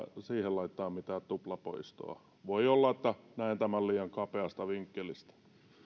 laittaa mitään tuplapoistoa voi olla että näen tämän liian kapeasta vinkkelistä